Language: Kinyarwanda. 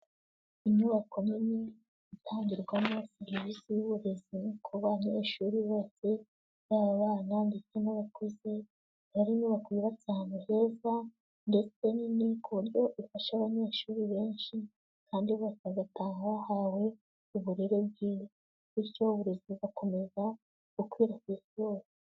Inyubako nini itangirwamo serivisi y'uburezi ku banyeshuri bose yaba abana ndetse n'abakuze, ikaba ari inyubako yubatse ahantu heza, ndetse nini, ku buryo ifasha abanyeshuri benshi, kandi bose bagataha bahawe uburere bwiza. Bityo uburirezi bugakomeza gukwira ku isi hose.